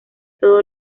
todo